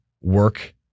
work